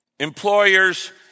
Employers